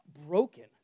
broken